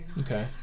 Okay